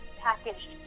packaged